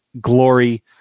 glory